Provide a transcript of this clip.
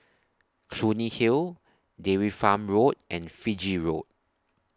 Clunny Hill Dairy Farm Road and Fiji Road